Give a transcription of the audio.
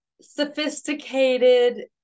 sophisticated